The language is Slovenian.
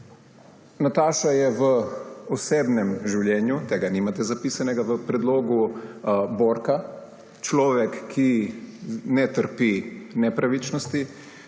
Nataša je v osebnem življenju, tega nimate zapisanega v predlogu, borka. Človek, ki ne trpi nepravičnosti.